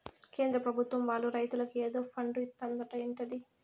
కేంద్ర పెభుత్వం వాళ్ళు రైతులకి ఏదో ఫండు ఇత్తందట ఏందది